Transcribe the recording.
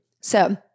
So-